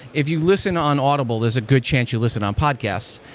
if you listen on audible, there's a good chance you listen on podcasts.